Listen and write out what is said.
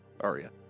Aria